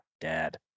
dad